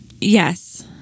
yes